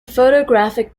photographic